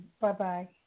Bye-bye